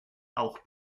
auch